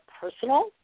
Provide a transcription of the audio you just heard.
personal